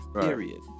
period